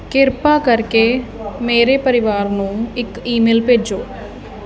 ਕਿਰਪਾ ਕਰਕੇ ਮੇਰੇ ਪਰਿਵਾਰ ਨੂੰ ਇੱਕ ਈਮੇਲ ਭੇਜੋ